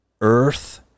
Earth